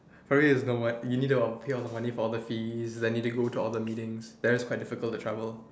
for you is you know what you need to p~ pay all the money for all the fees then need to go for all the meetings that is quite difficult to travel